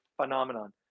phenomenon